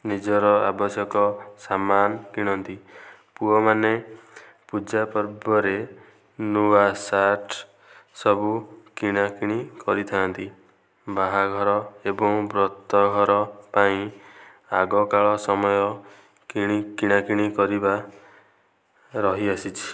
ନିଜର ଆବଶକ ସାମାନ କିଣନ୍ତି ପୁଅମାନେ ପୂଜାପର୍ବରେ ନୂଆ ଶାର୍ଟ ସବୁ କିଣାକିଣି କରିଥାନ୍ତି ବାହାଘର ଏବଂ ବ୍ରତଘର ପାଇଁ ଆଗକାଳ ସମୟ କିଣି କିଣାକିଣି କରିବା ରହିଆସିଛି